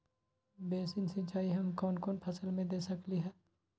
Basin सिंचाई हम कौन कौन फसल में दे सकली हां?